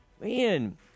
man